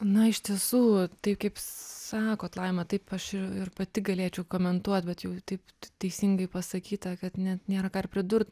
na iš tiesų tai kaip sakot laima taip aš ir ir pati galėčiau komentuot bet jau taip teisingai pasakyta kad net nėra ką ir pridurt